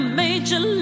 major